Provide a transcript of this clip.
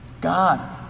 God